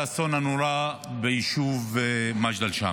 עד שלוש דקות לרשותך.